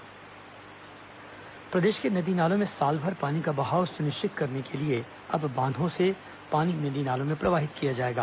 नदी नाला जल प्रवाह प्रदेश के नदी नालों में साल भर पानी का बहाव सुनिश्चित करने के लिए अब बांधों से पानी नदी नालों में प्रवाहित किया जाएगा